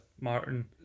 Martin